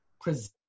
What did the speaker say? present